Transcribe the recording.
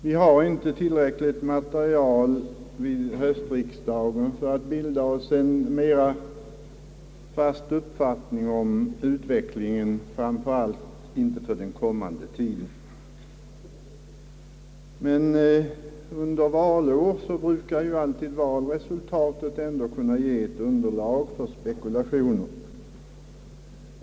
Vi har inte tillräckligt material vid höstriksdagen för att bilda oss en mera fast uppfattning om utvecklingen, framför allt under den kommande tiden, men under valår brukar ändå valresultatet kunna ge ett underlag för spekulationer.